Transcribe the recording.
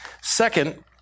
Second